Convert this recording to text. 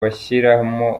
bashyiramo